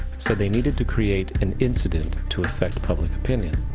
so they needed to create an incident to affect public opinion.